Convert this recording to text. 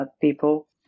people